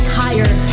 tired